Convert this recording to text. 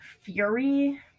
fury